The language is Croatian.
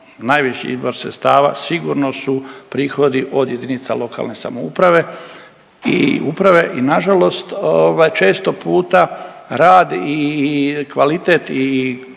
najveći izvor sredstava sigurno su prihodi od jedinica lokalne samouprave i uprave i nažalost ovaj, često puta rad i kvalitet i